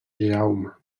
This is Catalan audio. jaume